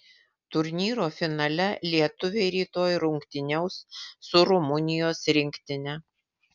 turnyro finale lietuviai rytoj rungtyniaus su rumunijos rinktine